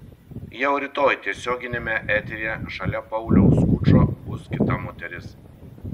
jau rytoj tiesioginiame eteryje šalia pauliaus skučo bus kita moteris